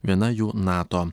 viena jų nato